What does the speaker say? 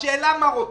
השאלה מה רוצים.